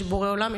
יש בורא עולם,